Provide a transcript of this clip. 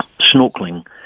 snorkeling